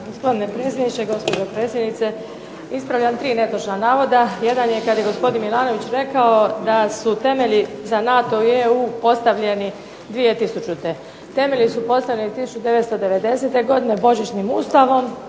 Gospodine predsjedniče, gospođo predsjednice. Ispravljam tri netočna navoda. Jedan je kada je gospodin Milanović rekao da su temelji za NATO i EU postavljeni 2000. Temelji su postavljeni 1990. godine božićnim Ustavom